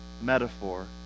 metaphor